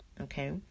okay